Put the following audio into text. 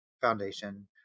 Foundation